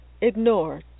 ignore